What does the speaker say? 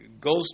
goes